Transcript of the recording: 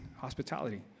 hospitality